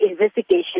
investigation